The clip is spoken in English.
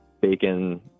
bacon